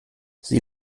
sie